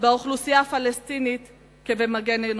באוכלוסייה הפלסטינית כבמגן אנושי,